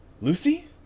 Lucy